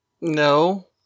No